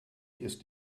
ist